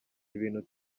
ibintu